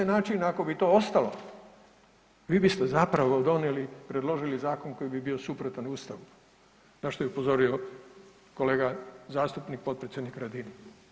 I na taj način ako bi to ostalo vi biste zapravo donijeli, predložili zakon koji bi bio suprotan Ustavu na što je upozorio kolega zastupnik potpredsjednik Radin.